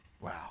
Wow